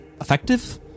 effective